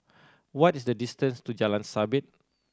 what is the distance to Jalan Sabit